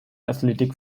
athletic